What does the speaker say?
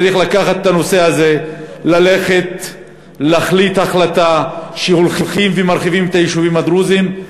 צריך לקחת את הנושא הזה ולהחליט שהולכים ומרחיבים את היישובים הדרוזיים,